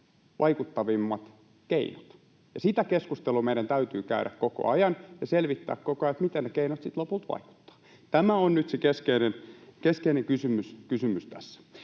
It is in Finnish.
vaikuttavimmat keinot. Ja sitä keskustelua meidän täytyy käydä koko ajan ja selvittää koko ajan, miten ne keinot sitten lopulta vaikuttavat. Tämä on nyt se keskeinen kysymys tässä.